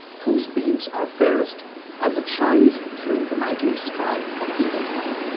whose beams are fairest as it shines through the nightly sky at eventide.